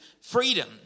freedom